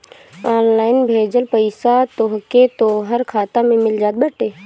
online भेजल पईसा तोहके तोहर खाता में मिल जात बाटे